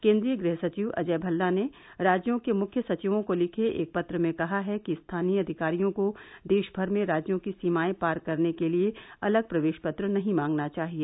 केन्द्रीय गृह सचिव अजय भल्ला ने राज्यों के मुख्य सचिवों को लिखे एक पत्र में कहा है कि स्थानीय अधिकारियों को देशमर में राज्यों की सीमाए पार करने के लिए अलग प्रवेश पत्र नहीं मांगना चाहिए